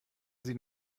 sie